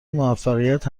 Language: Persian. موفقیت